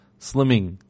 slimming